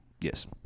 yes